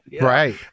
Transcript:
right